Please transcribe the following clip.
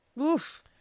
Oof